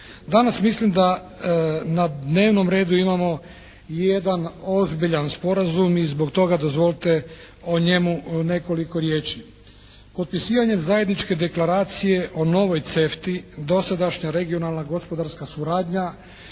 Danas mislim da na dnevnom redu imamo jedan ozbiljan sporazum i zbog toga dozvolite o njemu nekoliko riječi. Potpisivanjem zajedničke deklaracije o novoj CEFTA-i dosadašnja regionalna gospodarska suradnja